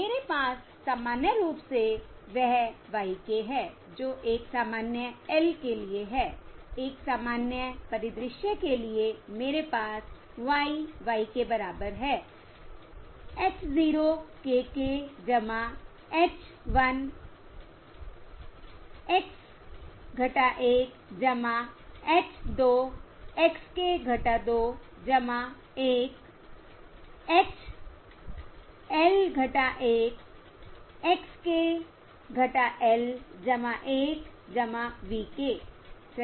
मेरे पास सामान्य रूप से वह y k है जो एक सामान्य L के लिए है एक सामान्य परिदृश्य के लिए मेरे पास y y k बराबर है h 0 k k h 1 x 1 h 2 x k 2 1 h L 1 x k L 1 v k सही